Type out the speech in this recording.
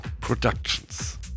productions